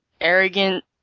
arrogant